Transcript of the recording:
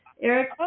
Eric